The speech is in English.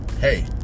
hey